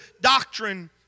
doctrine